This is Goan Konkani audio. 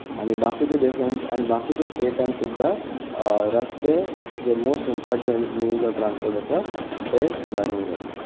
आनी बाकीच्या देशांत आनी बाकीच्या स्टेटांत सुद्दा रस्ते जे most important means of transport आसा ते सुदारूंक जाय